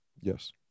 yes